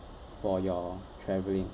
for your traveling